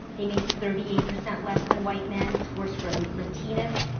they make thirty eight percent less than white men. it's worse from latinas.